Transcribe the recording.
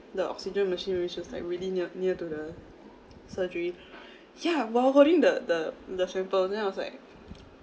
the oxygen machine which was like really near near to the surgery ya while holding the the the sample then I was like